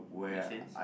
makes sense